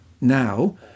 now